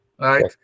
right